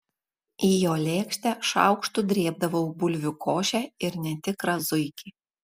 į jo lėkštę šaukštu drėbdavau bulvių košę ir netikrą zuikį